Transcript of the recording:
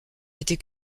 été